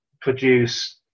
produce